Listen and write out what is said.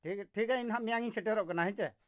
ᱴᱷᱤᱠ ᱴᱷᱤᱠ ᱜᱮᱭᱟ ᱱᱟᱜ ᱢᱮᱭᱟᱝᱤᱧ ᱥᱮᱴᱮᱨᱚᱜ ᱠᱟᱱᱟ ᱦᱮᱸᱥᱮ